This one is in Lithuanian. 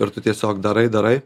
ir tu tiesiog darai darai